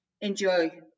enjoy